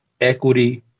equity